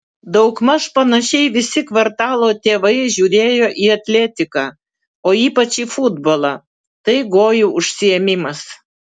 daugmaž panašiai visi kvartalo tėvai žiūrėjo į atletiką o ypač į futbolą tai gojų užsiėmimas